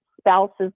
Spouses